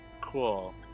Cool